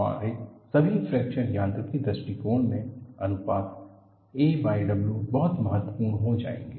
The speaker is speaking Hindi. हमारे सभी फ्रैक्चर यांत्रिकी दृष्टिकोण में अनुपात aw बहुत महत्वपूर्ण हो जाएगा